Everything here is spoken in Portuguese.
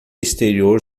exterior